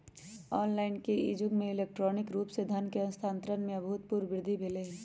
online के इ जुग में इलेक्ट्रॉनिक रूप से धन के स्थानान्तरण में अभूतपूर्व वृद्धि भेल हइ